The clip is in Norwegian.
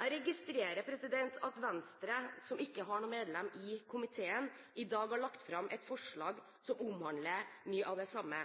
Jeg registrerer at Venstre, som ikke har noe medlem i komiteen, i dag har lagt fram et forslag som omhandler mye av det samme.